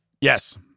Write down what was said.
Yes